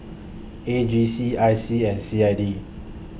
A G C I C and C I D